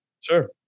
Sure